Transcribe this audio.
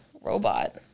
robot